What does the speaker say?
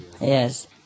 Yes